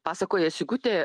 pasakoja sigutė